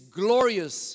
glorious